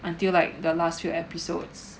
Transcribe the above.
until like the last few episodes